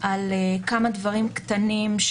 על כמה דברים קטנים,